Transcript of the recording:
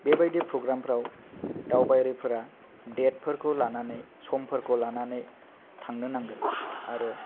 बेबायदि फ्रग्रामफ्राव दावबायारिफोरा देटफोरखौ लानानै समफोरखौ लानानै थांनो नांगोन आरो